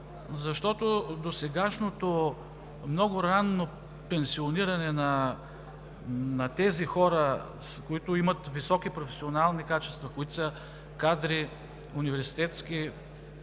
защото досегашното много ранно пенсиониране на тези хора, които имат високи професионални качества и които са университетски